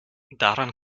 daran